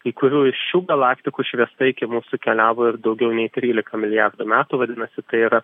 kai kurių iš šių galaktikų šviesa iki mūsų keliavo ir daugiau nei trylika milijardų metų vadinasi tai yra